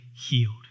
Healed